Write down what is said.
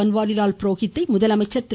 பன்வாரிலால் புரோகித்தை முதலமைச்சர் கமிழக திரு